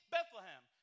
Bethlehem